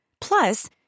Plus